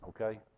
okay